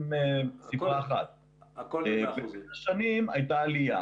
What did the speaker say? במשך השנים הייתה עלייה,